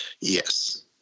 Yes